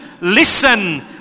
listen